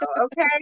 okay